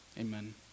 Amen